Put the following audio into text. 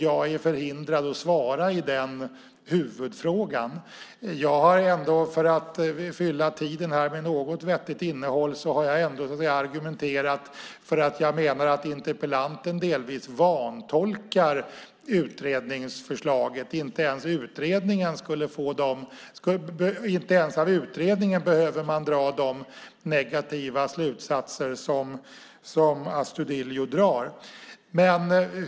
Jag är förhindrad att svara i den huvudfrågan. För att fylla tiden här med något vettigt innehåll har jag argumenterat för att jag menar att interpellanten delvis vantolkar utredningsförslaget. Inte ens av utredningen behöver man dra de negativa slutsatser som Astudillo drar.